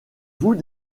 vous